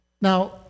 Now